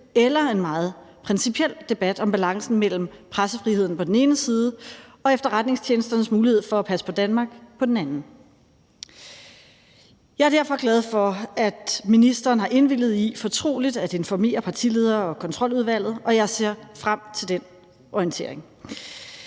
eller en meget principiel debat om balancen mellem pressefriheden på den ene side og efterretningstjenesternes mulighed for at passe på Danmark på den anden side. Jeg er derfor glad for, at ministeren har indvilliget i fortroligt at informere partiledere og Kontroludvalget, og jeg ser frem til den orientering.